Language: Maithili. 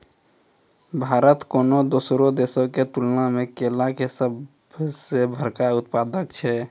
भारत कोनो दोसरो देशो के तुलना मे केला के सभ से बड़का उत्पादक छै